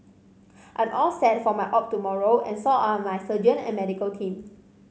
I'm all set for my op tomorrow and so are my surgeon and medical team